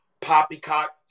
poppycock